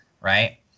right